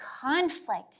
conflict